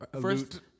First